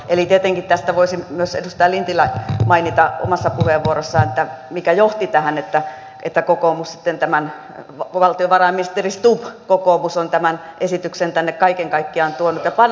eli tietenkin tästä voisi myös edustaja lintilä mainita omassa puheenvuorossaan mikä johti tähän että valtiovarainministeri stubb kokoomus on tämän esityksen tänne kaiken kaikkiaan tuonut